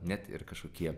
net ir kažkokie